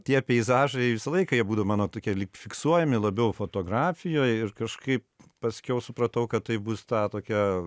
tie peizažai visą laiką jie būdavo mano tokie lyg fiksuojami labiau fotografijoj ir kažkaip paskiau supratau kad tai bus ta tokia